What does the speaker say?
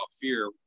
fear